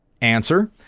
Answer